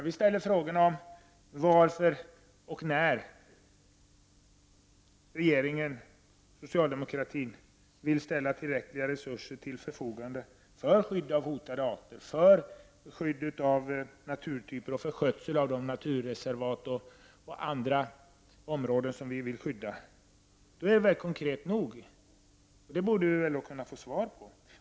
Vi ställer frågor om när regeringen och socialdemokratin vill ställa tillräckliga resurser till förfogande för att skydda hotade arter och för skydd och skötsel av de naturreservat och andra områden som vi vill skydda. Det är väl konkret nog. Det borde vi väl då kunna få svar på.